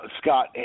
Scott